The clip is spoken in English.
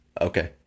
Okay